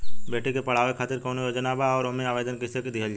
बेटी के पढ़ावें खातिर कौन योजना बा और ओ मे आवेदन कैसे दिहल जायी?